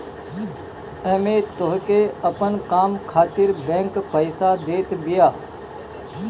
एमे तोहके अपन काम खातिर बैंक पईसा देत बिया